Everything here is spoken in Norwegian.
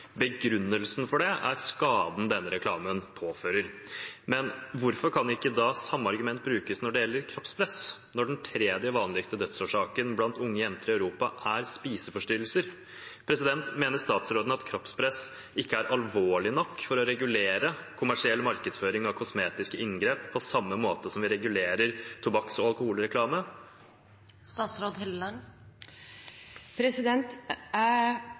Begrunnelsen for det er skaden denne reklamen påfører. Hvorfor kan ikke da det samme argumentet brukes når det gjelder kroppspress, når den tredje vanligste dødsårsaken blant unge jenter i Europa er spiseforstyrrelser? Mener statsråden at kroppspress ikke er alvorlig nok til at vi bør regulere kommersiell markedsføring av kosmetiske inngrep på samme måte som vi regulerer tobakks- og alkoholreklame?